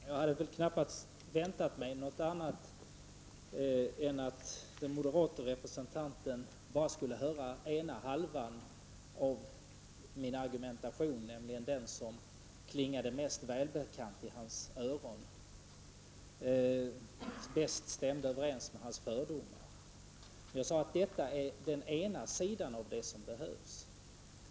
Herr talman! Jag hade knappast väntat mig något annat än att den moderata representanten bara skulle höra den ena halvan av min argumentation, nämligen den som klingar mest välbekant i hans öron och som bäst stämmer överens med hans fördomar. Jag sade att detta är den ena sidan av vad som behövs.